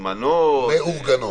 ומאורגנות.